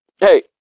hey